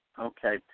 Okay